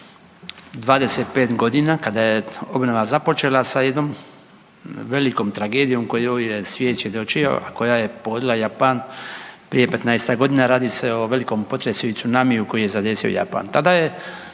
25 godina kada je obnova započela sa jednom velikom tragedijom kojoj je svijet svjedočio, a koja je pogodila Japan prije petnaestak godina, radi se o velikom potresu i cunamiju koji je zadesio Japan.